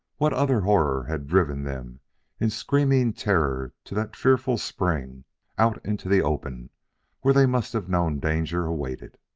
what other horror had driven them in screaming terror to that fearful spring out into the open where they must have known danger awaited?